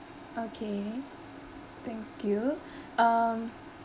okay thank you um